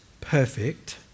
perfect